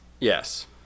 Yes